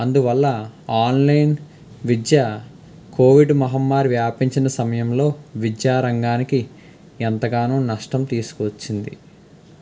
అందువల్ల ఆన్లైన్ విద్య కోవిడ్ మహమ్మారి వ్యాపించిన సమయంలో విద్యారంగానికి ఎంతగానో నష్టం తీసుకు వచ్చింది